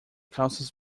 calças